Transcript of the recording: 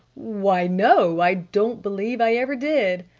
why no, i don't believe i ever did.